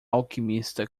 alquimista